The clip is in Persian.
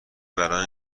برای